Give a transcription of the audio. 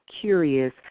curious